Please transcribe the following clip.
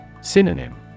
Synonym